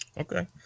Okay